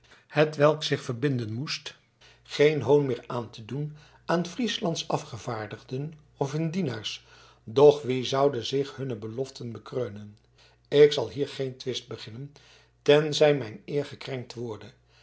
hetwelk zich verbinden moest geen hoon meer aan te doen aan frieslands afgevaardigden of hun dienaars doch wie zoude zich hunne beloften bekreunen ik zal hier geen twist beginnen tenzij mijn eer gekrenkt worde